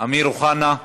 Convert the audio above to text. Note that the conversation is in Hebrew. אמיר אוחנה.